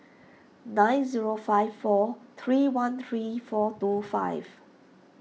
nine zero five four three one three four two five